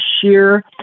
sheer